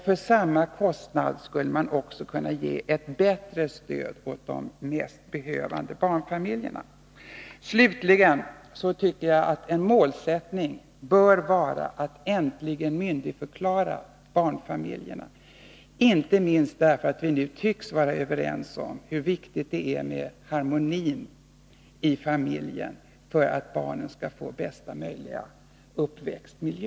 För samma kostnad skulle man också kunna ge ett bättre stöd åt de mest behövande barnfamiljerna. Slutligen tycker jag att en målsättning bör vara att äntligen myndigförklara barnfamiljerna, inte minst därför att vi nu tycks vara överens om hur viktigt det är med harmoni i familjen för att barnen skall få bästa möjliga uppväxtmiljö.